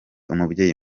umubyeyi